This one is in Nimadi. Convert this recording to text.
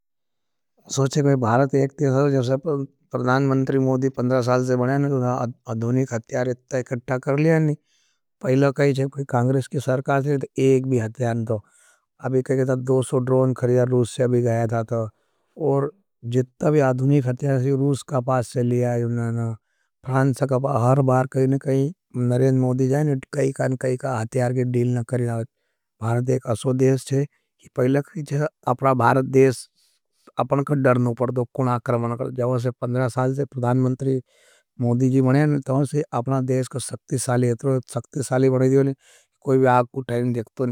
असो छे प्रधानमंत्री मोदी पंद्रह साल से बनाया, अधुनिक अथ्यार इत्ता एकठा कर लिया नहीं। पहला कही जब कोई कांग्रेश की सरकार थी तो एक भी अथ्यार नहीं थो। अभी कही दो सौ ड्रोन खरिया रूस से अभी गए था तो। और जित्ता भी अधुनिक अथ्यार से रूस पनकर डरनों पड़तो कुण आकरमन कर। जब असे पंद्रह साल से प्रदान मंतरी मोधी जी बनाया नहीं, तो असे अपना देश को सक्ति साली है, तो सक्ति साली बढ़ा दियो नहीं, कोई व्याग उठायें देखतो नहीं।